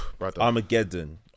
Armageddon